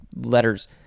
letters